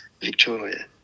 Victoria